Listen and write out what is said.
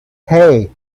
hey